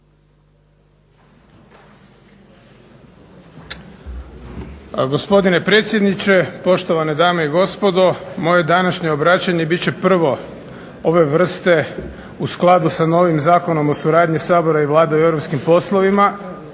Gospodine predsjedniče, poštovane dame i gospodo, moje današnje obraćanje biti će prvo ove vrste u skladu sa novim Zakonom o suradnji Sabora i Vlade u europskim poslovima